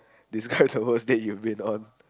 describe the worst date you've been on